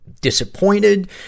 disappointed